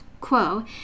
quo